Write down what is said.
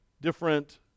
Different